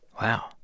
Wow